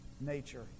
nature